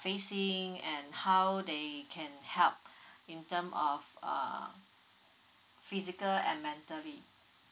facing and how they can help in terms of uh physical and mentally